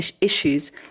issues